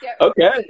okay